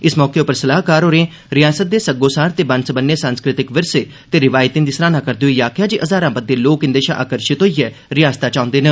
इस मौके उप्पर सलाहकार होरें रिआसत दे सग्गोसार ते बन्न सबन्ने सांस्कृतिक विरसे ते रिवायतें दी सराहना करदे होई आखेआ जे हजारां बद्वे लोक इंदे शा आकर्षित होइयै रिआसत च औंदे न